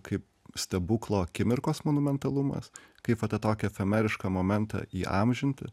kaip stebuklo akimirkos monumentalumas kaip vat tą tokį efemerišką momentą įamžinti